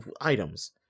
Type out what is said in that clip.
items